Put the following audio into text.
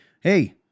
hey